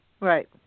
Right